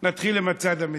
נתחיל עם הצד המדיני.